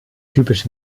typisch